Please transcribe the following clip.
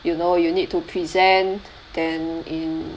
you know you need to present then in